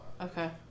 Okay